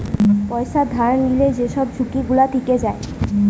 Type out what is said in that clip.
পয়সা ধার লিলে যেই সব ঝুঁকি গুলা থিকে যায়